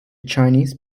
chinese